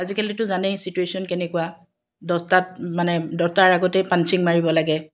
আজিকালিতো জানেই ছিটুৱেশ্যন কেনেকুৱা দহটাত মানে দহটাৰ আগতেই পাঞ্চিং মাৰিব লাগে